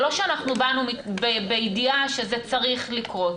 זה לא שאנחנו באנו בידיעה שזה צריך לקרות,